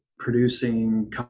producing